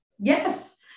Yes